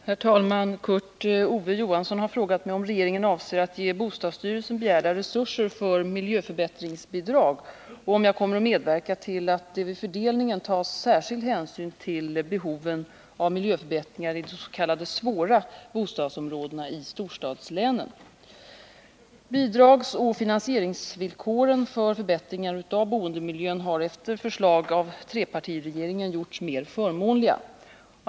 Herr talman! Kurt Ove Johansson har frågat mig om regeringen avser att ge bostadsstyrelsen begärda resurser för miljöförbättringsbidrag och om jag kommer att medverka till att det vid fördelningen tas särskild hänsyn till behoven av miljöförbättringar i de s.k. svåra bostadsområdena i storstadslänen. Bidragsoch finansieringsvillkoren för förbättringar av boendemiljön har efter förslag av trepartiregeringen gjorts mer förmånliga.